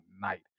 night